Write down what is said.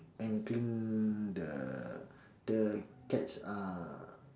and clean the the cat's uh